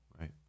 right